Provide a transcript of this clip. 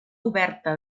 oberta